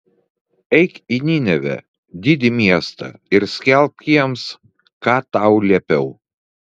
eik į ninevę didį miestą ir skelbk jiems ką tau liepiau